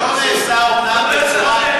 שבכל הקשור ליחסי עבודה בין מעסיקים